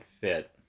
fit